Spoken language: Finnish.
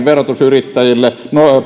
verotus yrittäjille